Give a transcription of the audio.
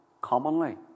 commonly